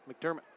McDermott